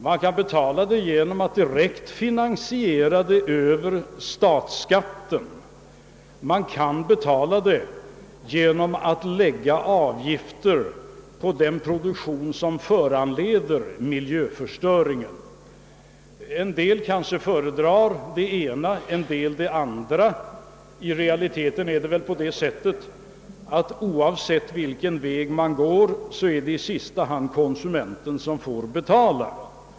Man kan betala det genom att direkt finansiera det över statsskatten, man kan betala det genom att lägga avgifter på den produktion som föranleder miljöförstöringen. En del kanske föredrar det ena, en del det andra. I realiteten är det väl på det sättet att, oavsett vilken väg man går, det i sista hand är konsumenten som får betala.